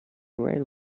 railway